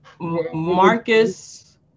Marcus